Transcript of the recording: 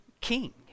king